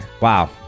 wow